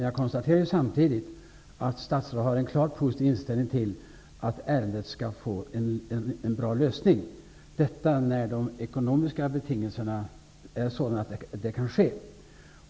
Jag konstaterar samtidigt att statsrådet har en klart positiv inställning till att ärendet skall få en bra lösning, detta när de ekonomiska betingelserna är sådana att det kan ske.